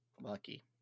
Lucky